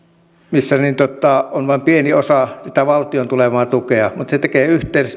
missä on vain pieni osa sitä valtiolta tulevaa tukea mutta se tekee